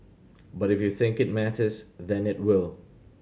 but if you think it matters then it will